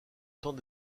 temps